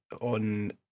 on